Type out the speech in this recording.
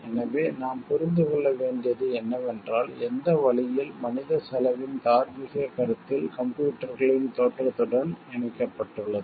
எனவே நாம் புரிந்து கொள்ள வேண்டியது என்னவென்றால் எந்த வழியில் மனித செலவின் தார்மீகக் கருத்தில் கம்ப்யூட்டர்களின் தோற்றத்துடன் இணைக்கப்பட்டுள்ளது